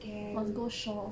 scary